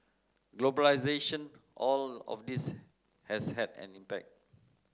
globalisation all of this has had an impact